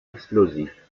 explosif